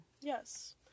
Yes